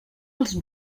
els